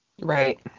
Right